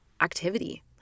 activity